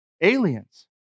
Aliens